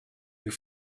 your